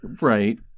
Right